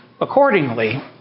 Accordingly